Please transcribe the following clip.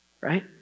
right